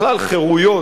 בכלל חירויות,